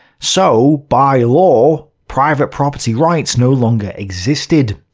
so, by law, private property rights no longer existed.